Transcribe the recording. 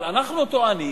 אנחנו טוענים